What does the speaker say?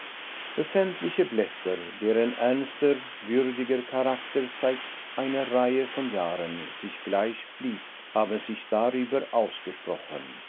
öffentliche blätter deren ernster würdiger charakter seit einer reihe von jahren sich gleich blieb haben sich darüber ausgesprochen